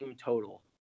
total